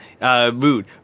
Mood